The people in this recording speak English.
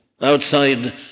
outside